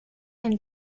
and